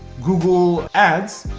google ads,